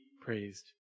praised